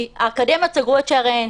כי האקדמיות סגרו את שעריהן.